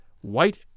white